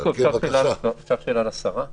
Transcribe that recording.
אני רוצה שראשי הרשויות ידברו.